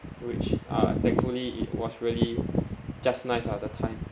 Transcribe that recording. which uh thankfully it was really just nice ah the time